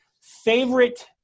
favorite